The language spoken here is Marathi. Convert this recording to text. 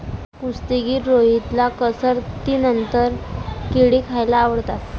कुस्तीगीर रोहितला कसरतीनंतर केळी खायला आवडतात